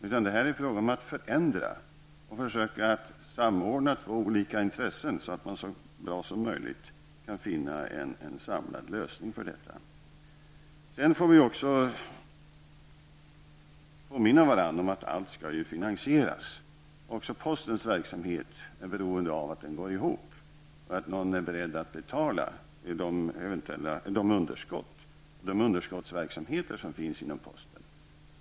I stället är det fråga om att förändra och att försöka samordna två olika intressen för att det skall gå så bra som möjligt att komma fram till en samlad lösning. Sedan måste vi komma ihåg att allting skall finansieras. Också postens verksamhet är beroende av att det hela går ihop. Någon måste ju vara beredd att betala eventuell underskottsverksamhet inom posten.